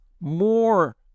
more